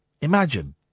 Imagine